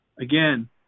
again